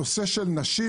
נושא הנשים